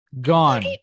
Gone